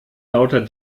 lauter